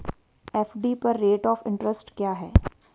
FD पर rate of interest क्या है?